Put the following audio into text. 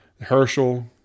Herschel